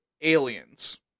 aliens